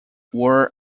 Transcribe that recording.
were